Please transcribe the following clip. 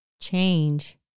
change